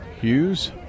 Hughes